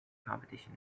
competition